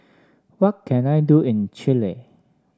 what can I do in Chile